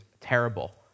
terrible